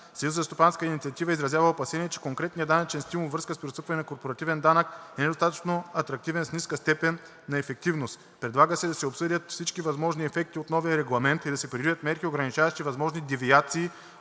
Съюзът за стопанска инициатива изразява опасения, че конкретният данъчен стимул във връзка с преотстъпване на корпоративния данък е недостатъчно атрактивен с ниска степен на ефективност. Предлага се да се обсъдят всички възможни ефекти от новия регламент и да се предвидят мерки, ограничаващи възможни девиации